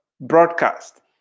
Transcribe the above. broadcast